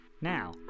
Now